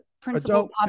principal